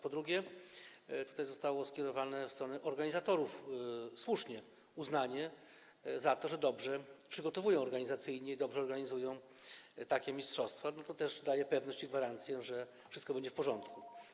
Po drugie, zostały skierowane do organizatorów, i słusznie, wyrazy uznania za to, że dobrze przygotowują organizacyjnie i dobrze organizują takie mistrzostwa, bo to też daje pewność i gwarancję, że wszystko będzie w porządku.